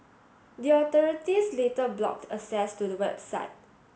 the authorities later blocked access to the website